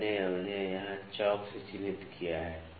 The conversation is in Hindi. मैंने उन्हें यहां चाक से चिह्नित किया है